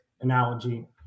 analogy